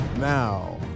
Now